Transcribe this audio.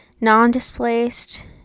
Non-displaced